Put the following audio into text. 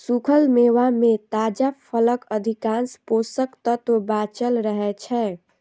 सूखल मेवा मे ताजा फलक अधिकांश पोषक तत्व बांचल रहै छै